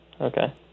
Okay